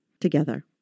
together